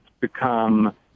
become